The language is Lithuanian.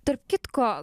tarp kitko